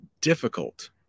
difficult